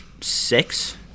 six –